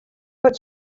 but